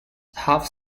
half